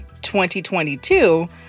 2022